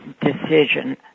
decision